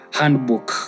handbook